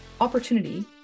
opportunity